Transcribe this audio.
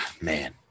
man